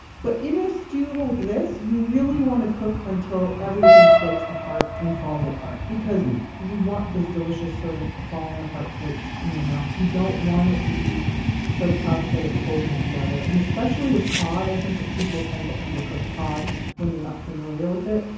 but in a stew like this, you really want to cook until everything flakes apart and falls apart. because you want those delicious sort of fallen apart flakes in your mouth. you don't want it to be so tough that it's holding together. and especially with cod, i think people tend to under cook cod when they're not familiar with it,